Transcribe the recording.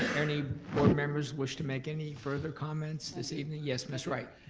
any board members wish to make any further comments this evening? yes, ms. wright.